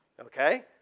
Okay